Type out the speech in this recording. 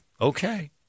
Okay